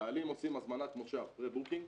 החיילים עושים הזמנת מושב, פרה-בוקינג,